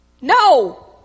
No